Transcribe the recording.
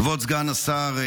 כבוד סגן השר,